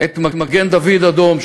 מגן-דוד-אדום,